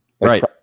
Right